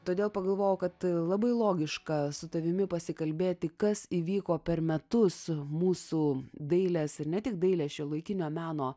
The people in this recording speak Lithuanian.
todėl pagalvojau kad labai logiška su tavimi pasikalbėti kas įvyko per metus mūsų dailės ir ne tik dailės šiuolaikinio meno